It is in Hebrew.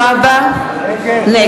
(קוראת בשמות חברי הכנסת) דניאל הרשקוביץ,